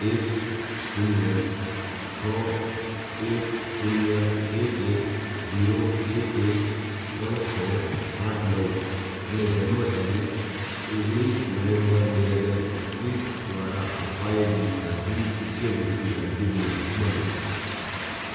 એક શૂન્ય છ એક શૂન્ય એક એક જીરો એક એક ત્રણ છો આઠ નવ અને જન્મ તારીખ ઓગણીસ નવેેમ્બર બે હજાર એકવીસ દ્વારા અપાયેલી તાજી શિષ્યવૃત્તિ અરજીની યાદી બનાવો